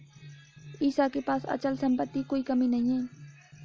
ईशा के पास अचल संपत्ति की कोई कमी नहीं है